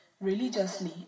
religiously